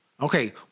Okay